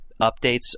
updates